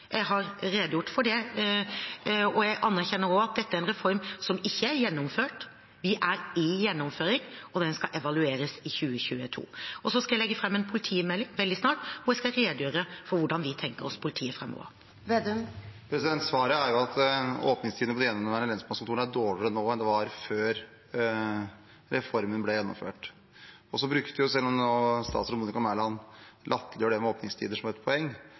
Jeg har redegjort for det, og jeg erkjenner også at dette er en reform som ikke er gjennomført. Vi er i gjennomføring, og den skal evalueres i 2022. Jeg skal legge fram en politimelding veldig snart, hvor jeg skal redegjøre for hvordan vi tenker oss politiet framover. Svaret er jo at åpningstidene ved de gjenværende lensmannskontorene er dårligere nå enn de var før reformen ble gjennomført. Selv om statsråd Monica Mæland latterliggjør det med åpningstider som et poeng,